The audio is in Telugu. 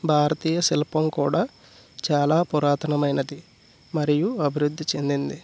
భారతీయ శిల్పం కూడా చాలా పురాతనమైనది మరియు అభివృద్ధి చెందింది